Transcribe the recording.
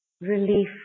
relief